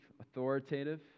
authoritative